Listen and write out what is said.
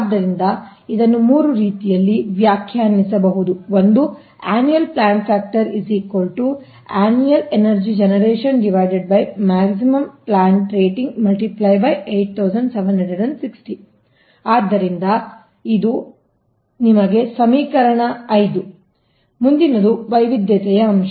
ಆದ್ದರಿಂದ ಇದನ್ನು 3 ರೀತಿಯಲ್ಲಿ ವ್ಯಾಖ್ಯಾನಿಸಬಹುದು ಒಂದು ಆದ್ದರಿಂದ ಇದು ನಿಮ್ಮ ಸಮೀಕರಣ 5 ಮುಂದಿನದು ವೈವಿಧ್ಯತೆಯ ಅಂಶ